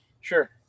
Sure